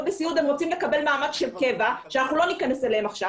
בסיעוד אלא הם רוצים לקבל מעמד של קבע ולא ניכנס לזה עכשיו